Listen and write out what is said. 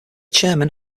chairman